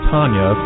Tanya